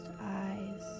eyes